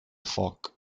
foc